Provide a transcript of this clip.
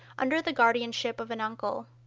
under the guardianship of an uncle.